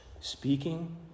speaking